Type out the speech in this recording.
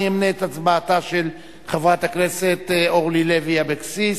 אני אמנה את הצבעתה של חברת הכנסת אורלי לוי אבקסיס.